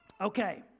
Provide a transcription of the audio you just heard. Okay